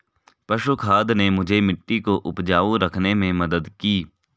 पशु खाद ने मुझे मिट्टी को उपजाऊ रखने में मदद की